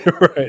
Right